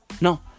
no